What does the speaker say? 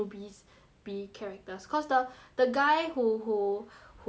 be characters cause the the guy who who who um